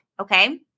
okay